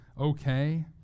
okay